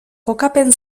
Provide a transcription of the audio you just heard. kokapen